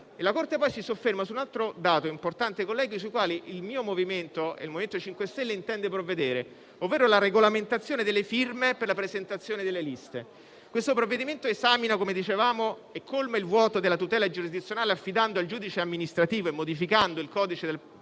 La Corte, poi, si sofferma su un altro dato importante, sul quale il MoVimento 5 Stelle intende intervenire, ovvero la regolamentazione delle firme per la presentazione delle liste. Questo provvedimento esamina e colma il vuoto della tutela giurisdizionale, affidando al giudice amministrativo - e modificando il processo